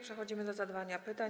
Przechodzimy do zadawania pytań.